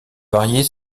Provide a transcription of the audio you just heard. varier